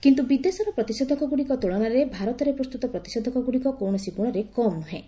କିନ୍ତୁ ବିଦେଶର ପ୍ରତିଷେଧକଗୁଡ଼ିକ ତୁଳନାରେ ଭାରତରେ ପ୍ରସ୍ତୁତ ପ୍ରତିଷେଧକଗୁଡ଼ିକ କୌଣସି ଗୁଣରେ କମ୍ ନୁହେଁ